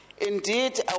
Indeed